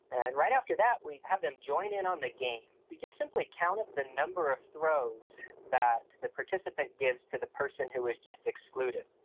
and right after that we have them join in on the game. we just simply counted the number of throws that the participant gives to the person who was just excluded,